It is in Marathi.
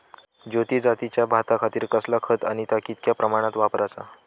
ज्योती जातीच्या भाताखातीर कसला खत आणि ता कितक्या प्रमाणात वापराचा?